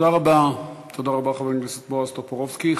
תודה רבה, חבר הכנסת בועז טופורובסקי.